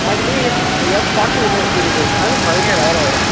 அதுலே S F forty ஒன்று ஒரு சீரிஸ் இருக்குது அது பதினேழாயிரம் வரும்